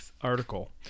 article